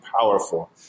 powerful